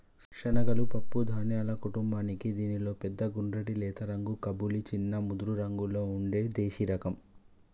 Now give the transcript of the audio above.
శనగలు పప్పు ధాన్యాల కుటుంబానికీ దీనిలో పెద్ద గుండ్రటి లేత రంగు కబూలి, చిన్న ముదురురంగులో ఉండే దేశిరకం